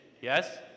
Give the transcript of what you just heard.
Yes